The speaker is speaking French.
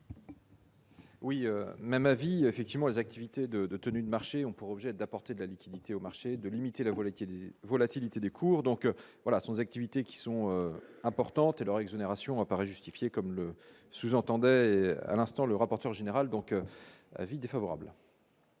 Oui, même avis effectivement les activités de de tenue de marché ont pour objet d'apporter de la liquidité au marché de limiter la volatilité volatilité des cours, donc voilà sans activités qui sont importantes et leur exonération apparaît justifié comme le sous-entendait à l'instant, le rapporteur général, donc avis défavorable.